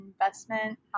investment